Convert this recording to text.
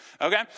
okay